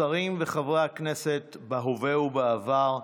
שרים וחברי הכנסת בהווה ובעבר,